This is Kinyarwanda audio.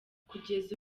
kugeza